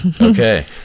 Okay